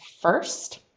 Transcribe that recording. first